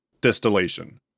distillation